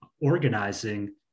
organizing